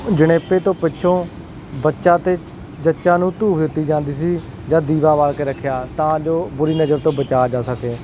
ਜਣੇਪੇ ਤੋਂ ਪਿੱਛੋਂ ਬੱਚਾ ਅਤੇ ਜੱਚਾ ਨੂੰ ਧੂਫ ਦਿੱਤੀ ਜਾਂਦੀ ਸੀ ਜਾਂ ਦੀਵਾ ਬਾਲ ਕੇ ਰੱਖਿਆ ਤਾਂ ਜੋ ਬੁਰੀ ਨਜ਼ਰ ਤੋਂ ਬਚਾਇਆ ਜਾ ਸਕੇ